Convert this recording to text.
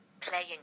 playing